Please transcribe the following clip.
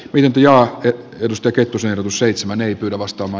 vientijahti edusta kettusen seitsemän ei pyydä vastaava